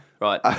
right